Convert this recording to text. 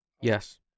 yes